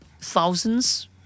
thousands